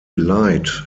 light